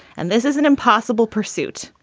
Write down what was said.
and this is an impossible pursuit,